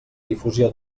difusió